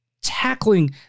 tackling